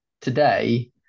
today